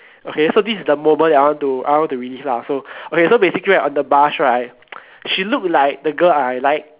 okay so this is the moment that I want to I want to relive lah so okay so basically right on the bus right she looked like the girl I like